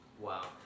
Wow